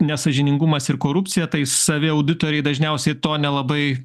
nesąžiningumas ir korupcija tai savi auditoriai dažniausiai to nelabai